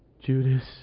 Judas